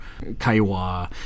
Kaiwa